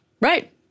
Right